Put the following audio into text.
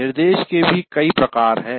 निर्देश के भी कई प्रकार हैं